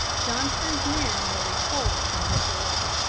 johnston's men were repulsed in disorder.